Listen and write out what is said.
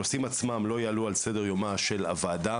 הנושאים עצמם לא יעלו על סדר יומה של הוועדה,